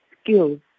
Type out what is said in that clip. skills